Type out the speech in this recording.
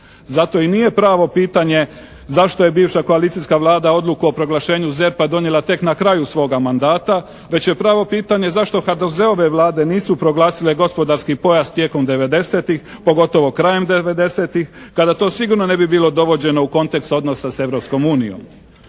Zato i nije pravo pitanje zašto je bivša koalicijska Vlada odluku o proglašenju ZERP-a donijela tek na kraju svoga mandata, već je pravo pitanje zašto HDZ-ove Vlade nisu proglasile gospodarski pojas tijekom 90-tih, pogotovo krajem 90-tih, tada to sigurno ne bi bilo dovođeno u kontekst odnosa s